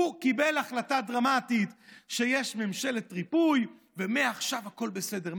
הוא קיבל החלטה דרמטית שיש ממשלת ריפוי ומעכשיו הכול בסדר,